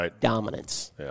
dominance